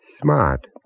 smart